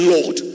Lord